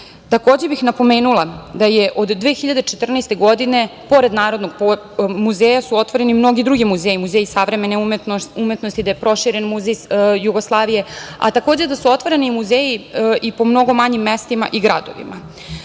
bih napomenula da je od 2014. godine pored Narodnog muzeja su otvoreni mnogi drugi muzeji, Muzej savremene umetnosti, da je proširen Muzej Jugoslavije, a takođe da su otvarani muzeji i po mnogo manjim mestima i gradovima. Uverena